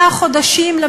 הם אלה שנמצאים בשטח,